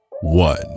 one